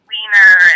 Wiener